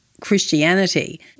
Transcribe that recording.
Christianity